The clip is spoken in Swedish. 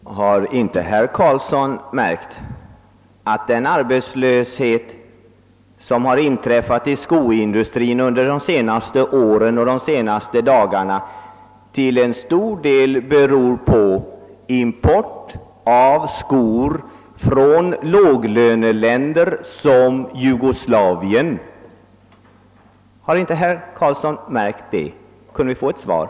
Herr talman! Har inte herr Karlsson i Huddinge märkt att den arbetslöshet, som har inträffat i skoindustrin under de senaste åren och de senaste dagarna, till stor del beror på import av skor från låglöneländer som Jugoslavien? Kan vi få ett svar på den frågan?